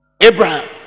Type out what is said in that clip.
Abraham